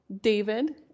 David